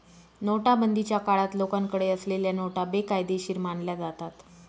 नोटाबंदीच्या काळात लोकांकडे असलेल्या नोटा बेकायदेशीर मानल्या जातात